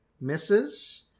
misses